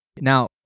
Now